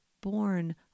born